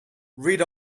read